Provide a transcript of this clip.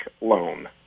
loan